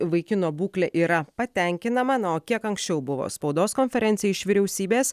vaikino būklė yra patenkinama na o kiek anksčiau buvo spaudos konferencija iš vyriausybės